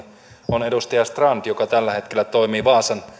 on edustaja strand joka tällä hetkellä toimii vaasan